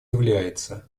является